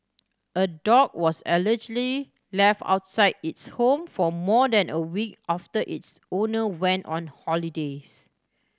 a dog was allegedly left outside its home for more than a week after its owner went on holidays